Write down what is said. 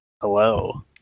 Hello